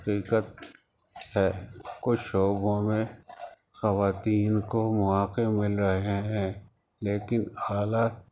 حقیقت ہے کچھ شعبوں میں خواتین کو مواقع مل رہے ہیں لیکن اعلیٰ